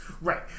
right